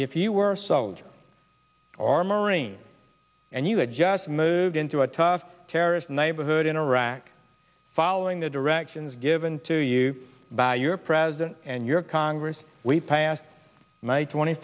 if you were soldiers or marines and you had just moved into a tough terrorist neighborhood in iraq following the directions given to you by your president and your congress we passed one twenty